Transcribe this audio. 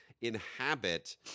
inhabit